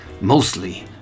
mostly